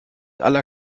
aller